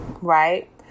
right